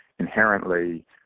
inherently